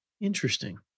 Interesting